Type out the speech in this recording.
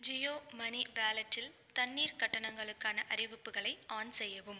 ஜியோமனி வாலெட்டில் தண்ணீர் கட்டணங்களுக்கான அறிவிப்புகளை ஆன் செய்யவும்